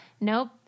Nope